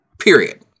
Period